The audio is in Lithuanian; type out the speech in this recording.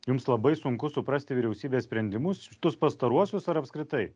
jums labai sunku suprasti vyriausybės sprendimus tuos pastaruosius ar apskritai